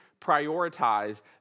prioritize